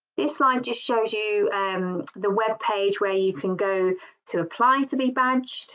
this slide just shows you um the webpage where you can go to apply to be badged